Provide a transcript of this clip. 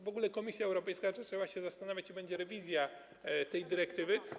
W ogóle Komisja Europejska zaczęła się zastanawiać i będzie rewizja tej dyrektywy.